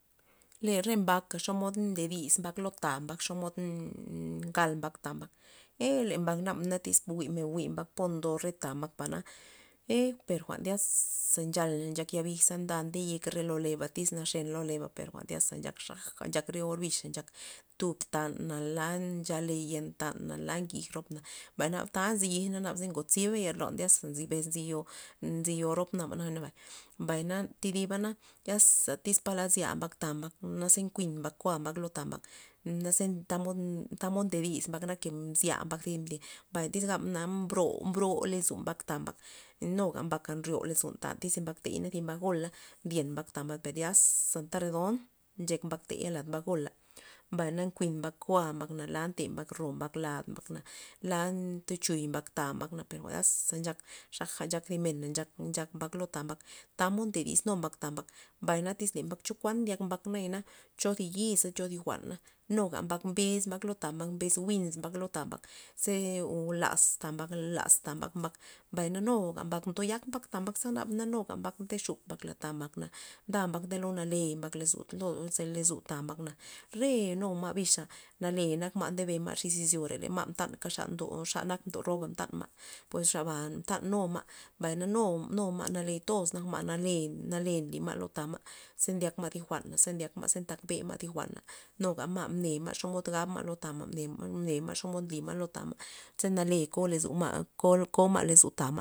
Le re mbaka xomod nde dis mbak lo ta mbak xomod nn- ngal mbak ta mbak, ee le mbak nabana tyz jwi'men njwi mbak po ndo re ta mbak bana e per jwa'n zya za nchal nchak yabij nda ndeyek lo re leba tyz naxen lo leba per jwa'n tya za nchak xaja, xaja re orbixa nchak, ntub tan na la nchale yen tan na la ngij ropna, mbay naba ta nzy yijna naba ze ngot ziba yer lon tya za nzi bes nziyo, nziyo rop naba nabay, mbay na thidibana ziasa tyz pa lad zya mbak ta mbak naze nkuin mbak koa mbak lo ta mbak, naze tamod, tamod nde dis mbak nare ke mzya mbak zi li, mbay tyz gabmen na mbro- mbro lozo mbak ta mbak nuga mbakna nryo lozon tan tyz thi mbak tey o zi mbak gola ndyen mbak ta mbak per zyaza anta redont nchek mbak tey lad mbak gola', mbay na nkuin mbak koa' mbakna mbay na la nke mbak ro mbak lad mbak na la ntochuy mbak ta mbay na per jwa'naza ze nchak xaja ncha zi mena nchak mbak lo ta mbak, tamod ndo disnuma mbak ta mbak, mbay na tyz le mbak chokuan ndyak mbak naya'na cho zi yisa, cho zi jwa'na nuga mbak mbes mbak lo ta mbak mbes jwi'nz mbak lo ta mbak ze laz ta mbak laz ta mbak, mbay na nu ndoyak mbak ta mbak za naba na nu mbaka de xup lad ta mbakna, nda mbak nde go nale mbak lozo ze lozu ta mbak na, re nu re ma' bixa nale nak ma' nale ndebe ma' xija xis izyore ma' mtankaxa ndo xa nak mdo roba mtan ma', pues xaba mtan nu ma' mbay na nu- nu ma' nale toz nak ma' nale nale nly ma lo tama', ze ndyak ma' thu jwa'na ze ndyak ma' ze ntakbe ma' thi jwa'na nuga ma' mne ma' xomod gab ma' lo tama' mne- mne ma' xomod nly ma' lo tama' ze nale ko lozo ma' ko lozo tama'.